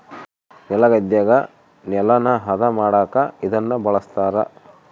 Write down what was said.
ನೆಲಗದ್ದೆಗ ನೆಲನ ಹದ ಮಾಡಕ ಇದನ್ನ ಬಳಸ್ತಾರ